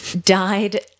Died